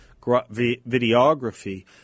videography